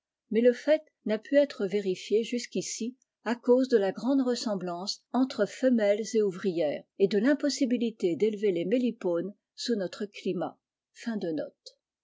mais le n a pu être vériûé jusqu'ici à cause de la grande resi laqce entre femelles et ouvrières et de timpossibilité ver les mélipooes sous notre climat